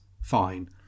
fine